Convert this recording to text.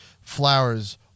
flowers